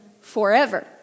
forever